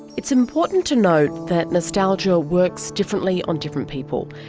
it's important to note that nostalgia works differently on different people.